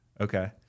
okay